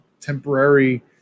temporary